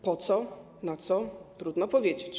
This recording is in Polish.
Po co, na co, trudno powiedzieć.